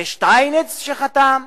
זה שטייניץ שחתם?